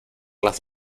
las